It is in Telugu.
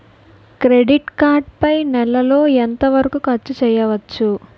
క్రెడిట్ కార్డ్ పై నెల లో ఎంత వరకూ ఖర్చు చేయవచ్చు?